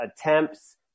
attempts